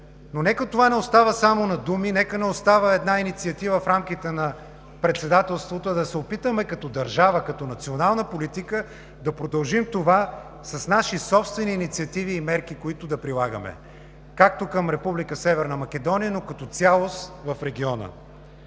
но нека това не остава само на думи, нека не остава една инициатива в рамките на Председателството, а да се опитаме като държава, като национална политика да продължим това с наши собствени инициативи и мерки, които да прилагаме както към Република Северна Македония, но като цялост в региона.